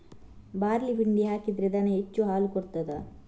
Barley ಪಿಂಡಿ ಹಾಕಿದ್ರೆ ದನ ಹೆಚ್ಚು ಹಾಲು ಕೊಡ್ತಾದ?